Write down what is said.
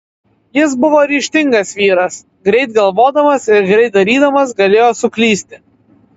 jis buvo ryžtingas vyras greit galvodamas ir greit darydamas galėjo suklysti